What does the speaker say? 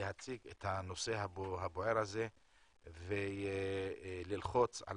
ולהציג את הנושא הבוער הזה וללחוץ על